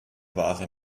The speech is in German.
wahre